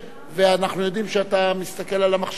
ואנחנו יודעים שאתה מסתכל במחשב כל הזמן.